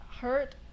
Hurt